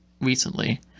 recently